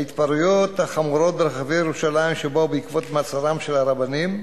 ההתפרעויות החמורות ברחבי ירושלים שבאו בעקבות מעצרם של הרבנים,